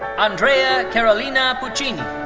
andrea carolina puccini.